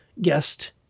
guest